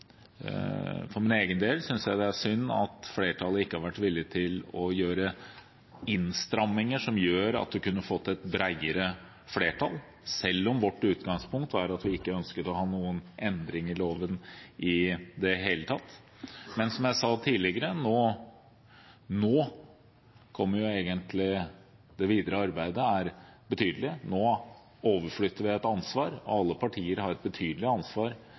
For min egen del synes jeg det er synd at flertallet ikke har vært villig til å gjøre innstramminger som gjør at man kunne fått et bredere flertall, selv om vårt utgangspunkt var at vi ikke ønsket å ha noen endring i loven i det hele tatt. Men som jeg sa tidligere: Nå kommer jo egentlig det videre arbeidet, som er betydelig. Nå overflytter vi et ansvar. Alle partier har et betydelig ansvar